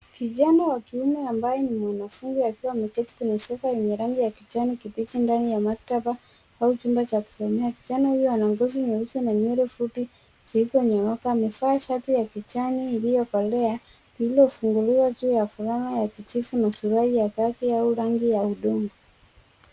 Kijana wa kiume ambaye ni mwanafunzi; akiwa ameketi kwenye sofa yenye rangi ya kijani kibichi, ndani ya maktaba au chumba cha kusomea. Kijana huyo ana ngozi nyeusi na nywele fupi zilizonyooka. Amevaa shati ya kijani iliyokolea lililofunguliwa juu ya fulana ya kijivu na suruali ya kaki au rangi ya hudhurungi.